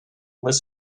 was